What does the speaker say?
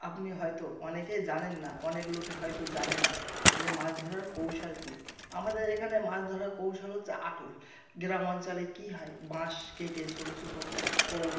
আপনি হয়তো অনেকে জানেন না অনেক লোকে হয়তো জানে না যে মাছ ধরার কৌশল কী আমাদের এখানে মাছ ধরার কৌশল হচ্ছে আটল গ্রাম অঞ্চলে কী হয় বাঁশ কেটে ছোটো ছোটো ও